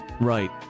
Right